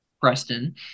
Preston